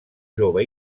jove